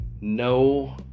no